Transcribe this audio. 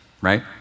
right